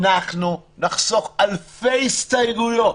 אנחנו נחסוך אלפי הסתייגויות,